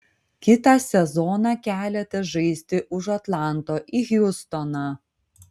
kitą sezoną keliatės žaisti už atlanto į hjustoną